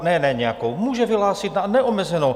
ne na nějakou, může vyhlásit na neomezenou...